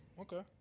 Okay